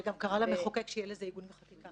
באותו בג"צ הוא גם קרא למחוקק שיהיה לזה עיגון בחקיקה.